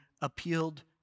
appealed